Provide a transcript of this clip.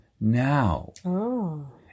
now